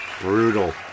brutal